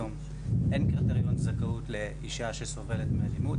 היום אין קריטריון זכאות לאישה שסובלת מאלימות.